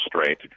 straight